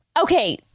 Okay